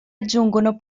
aggiungono